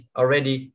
already